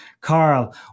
Carl